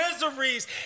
miseries